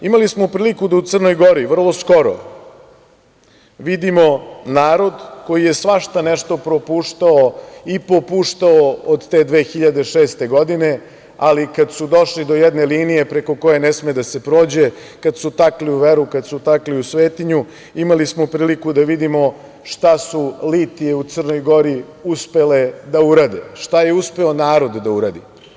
Imali smo priliku da u Crnoj Gori vrlo skoro, vidimo narod koji je svašta nešto propuštao i popuštao od te 2006. godine, ali kada su došli do jedne linije preko koje ne sme da se prođe, kad su takli u veru, kad su takli u svetinju, imali smo priliku da vidimo šta su litije u Crnoj Gori uspele da urade, šta je uspeo narod da uradi.